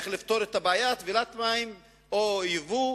לחשוב איך לפתור את הבעיה על-ידי התפלת מים או ייבוא.